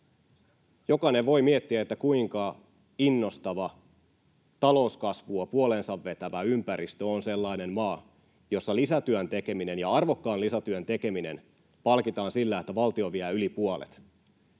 Jokainen voi miettiä, kuinka innostava, talouskasvua puoleensa vetävä ympäristö on sellainen maa, jossa lisätyön tekeminen — ja arvokkaan lisätyön tekeminen — palkitaan sillä, että valtio vie yli puolet.